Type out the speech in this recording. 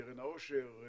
קרן העושר,